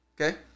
Okay